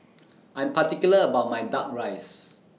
I'm particular about My Duck Rice